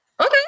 Okay